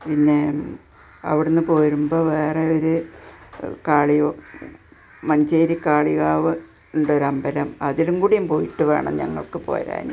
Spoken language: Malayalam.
പിന്നേ അവിടെനിന്ന് പോരുമ്പോള് വേറെ ഒരു മഞ്ചേരി കാളികാവുണ്ട് ഒരമ്പലം അതിലും കൂടി പോയിട്ട് വേണം ഞങ്ങൾക്ക് പോരാന്